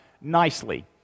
nicely